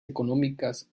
económicas